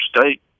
state